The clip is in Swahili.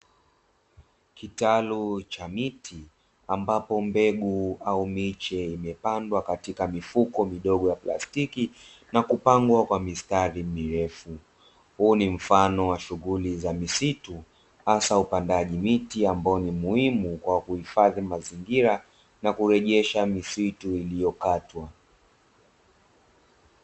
Kitalu cha miti ambapo mbegu au miche imepandwa katika mifuko midogo ya plastiki na kupangwa kwa mistari mirefu. Huu ni mfano wa shughuli za misitu hasa upandaji miti ambayo ni muhimu kwa kuhifadhi wa mazingira na kurejesha misitu iliyokatwa.